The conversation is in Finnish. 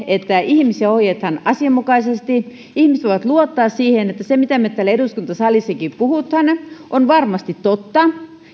että ihmisiä ohjataan asianmukaisesti ihmiset voivat luottaa siihen että se mitä me täällä eduskuntasalissakin puhumme on varmasti totta